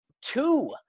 two